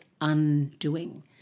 undoing